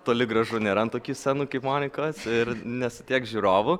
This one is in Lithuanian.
toli gražu nėra ant tokių scenų kaip monikos ir ne su tiek žiūrovų